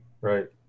right